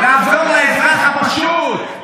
לעזור לאזרח הפשוט?